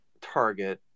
target